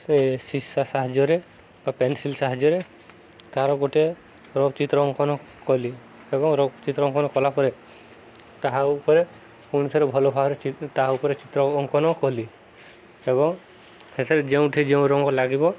ସେ ଶିଷା ସାହାଯ୍ୟରେ ବା ପେନସିଲ ସାହାଯ୍ୟରେ ତାର ଗୋଟେ ରଫ୍ ଚିତ୍ର ଅଙ୍କନ କଲି ଏବଂ ରଫ୍ ଚିତ୍ର ଅଙ୍କନ କଲାପରେ ତାହା ଉପରେ ପୁଣିଥରେ ଭଲ ଭାବରେ ତାହା ଉପରେ ଚିତ୍ର ଅଙ୍କନ କଲି ଏବଂ ଶେଷରେ ଯେଉଁଠି ଯେଉଁ ରଙ୍ଗ ଲାଗିବ